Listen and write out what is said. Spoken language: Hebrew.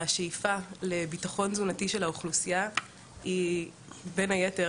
השאיפה לביטחון תזונתי של האוכלוסייה היא בין היתר